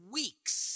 weeks